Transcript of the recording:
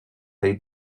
they